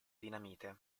dinamite